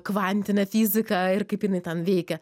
kvantinė fizika ir kaip jinai ten veikia